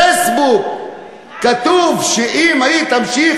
בפייסבוק כתוב שאם היא תמשיך,